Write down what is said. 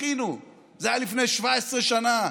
אחינו, זה היה לפני 17 שנה.